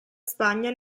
spagna